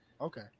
okay